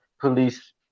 police